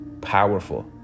Powerful